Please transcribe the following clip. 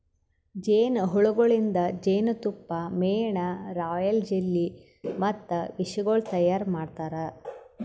ಜೇನು ಹುಳಗೊಳಿಂದ್ ಜೇನತುಪ್ಪ, ಮೇಣ, ರಾಯಲ್ ಜೆಲ್ಲಿ ಮತ್ತ ವಿಷಗೊಳ್ ತೈಯಾರ್ ಮಾಡ್ತಾರ